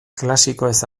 klasikoez